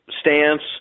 stance